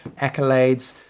accolades